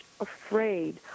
afraid